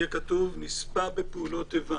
יהיה כתוב: נספה בפעולות איבה.